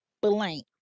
blank